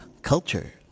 Culture